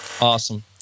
Awesome